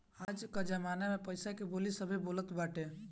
आज कअ जमाना में पईसा के बोली सभे बोलत बाटे